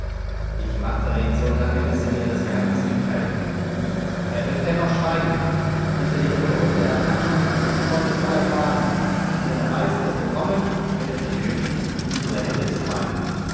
ich martere ihn so lange bis er mir das geheimnis mitteilt er wird dennoch schweigen dieser junge hund der apachen spottet aller qualen und wenn er weiß daß wir kommen wird er sich hüten in unsere hände zu fallen